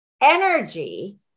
energy